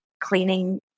cleaning